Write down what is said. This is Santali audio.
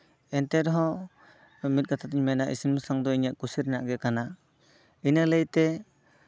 ᱮᱱᱛᱮ ᱨᱮᱦᱚᱸ ᱢᱤᱫ ᱠᱟᱛᱷᱟ ᱛᱤᱧ ᱢᱮᱱᱟ ᱤᱥᱤᱱ ᱵᱟᱥᱟᱝ ᱫᱚ ᱤᱧᱟᱹᱜ ᱠᱩᱥᱤ ᱨᱮᱱᱟᱜ ᱜᱮ ᱠᱟᱱᱟ ᱤᱱᱟᱹ ᱞᱟᱹᱭᱛᱮ